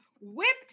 Whipped